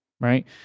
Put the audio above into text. right